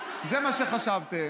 זה מה שחשבתם.